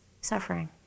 suffering